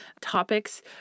topics